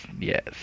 Yes